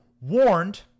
warned